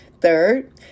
Third